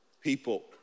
people